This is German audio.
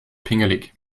pingelig